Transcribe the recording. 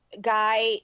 guy